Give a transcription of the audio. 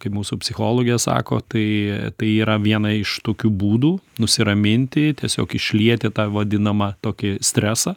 kaip mūsų psichologė sako tai tai yra viena iš tokių būdų nusiraminti tiesiog išlieti tą vadinamą tokį stresą